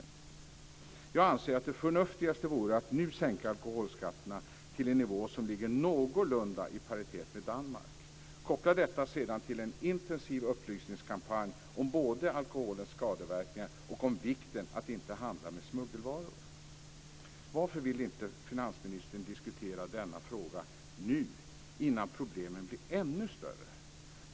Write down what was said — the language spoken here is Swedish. Jag anser att det förnuftigaste vore att nu sänka alkoholskatterna till en nivå som ligger någorlunda i paritet med Danmark. Koppla sedan detta till en intensiv upplysningskampanj om både alkoholens skadeverkningar och om vikten att inte handla med smuggelvaror. Varför vill inte finansministern diskutera denna fråga nu, innan problemen blir ännu större?